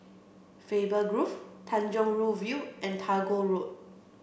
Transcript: Faber Grove Tanjong Rhu View and Tagore Road